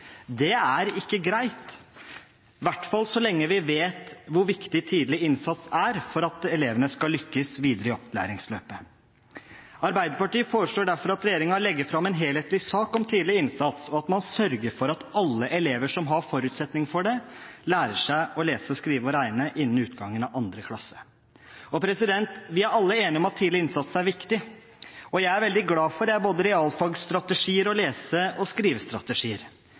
Det er ikke greit, i hvert fall ikke så lenge vi vet hvor viktig tidlig innsats er for at elevene skal lykkes videre i opplæringsløpet. Arbeiderpartiet foreslår derfor at regjeringen legger fram en helhetlig sak om tidlig innsats, og at man sørger for at alle elever som har forutsetning for det, lærer seg å lese, skrive og regne innen utgangen av 2. klasse. Vi er alle enige om at tidlig innsats er viktig, og jeg er veldig glad for både realfagsstrategier og lese- og skrivestrategier.